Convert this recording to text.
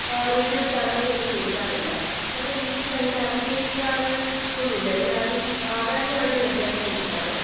radio ചാനൽസൊന്നും കേൾക്കാറില്ല കാരണം വീട്ടിലങ്ങനെ അങ്ങനെ ആരും കേൾക്കാറ് ഒന്നുമില്ല എല്ലാവരും ആകാശവാണി തന്നെയാണ് കേൾക്കാറ്